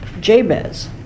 Jabez